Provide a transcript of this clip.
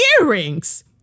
earrings